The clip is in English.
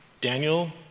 Daniel